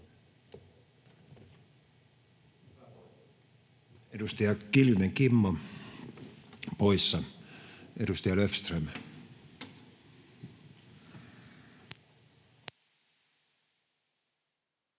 Edustaja Kiljunen, Kimmo, poissa. — Edustaja Löfström.